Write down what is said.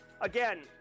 again